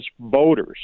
voters